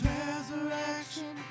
resurrection